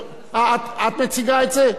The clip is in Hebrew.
אה, את מציגה את זה?